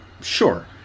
Sure